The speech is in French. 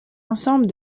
ensemble